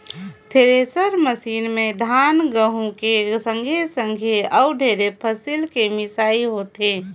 thresher machine में धान, गहूँ के संघे संघे अउ ढेरे फसिल के मिसई होथे